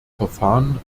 verfahren